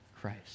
Christ